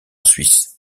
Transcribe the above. suisse